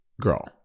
Girl